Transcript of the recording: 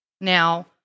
Now